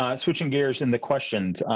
ah switching gears in the questions,